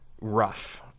rough